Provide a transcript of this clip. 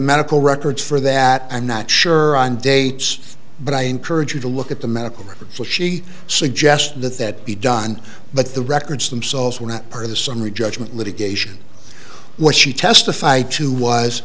medical records for that i'm not sure on dates but i encourage you to look at the medical records will she suggest that that be done but the records themselves were not part of the summary judgment litigation what she testified to was